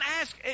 ask